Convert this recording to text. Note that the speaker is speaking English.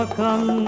come